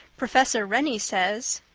professor rennie says.